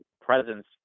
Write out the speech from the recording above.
presence